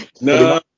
No